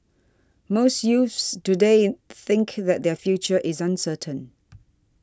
most youths today in think that their future is uncertain